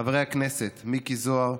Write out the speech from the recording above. חברי הכנסת מיקי זוהר,